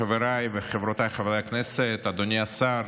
חבריי וחברותיי חברי הכנסת, אדוני השר,